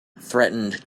threatened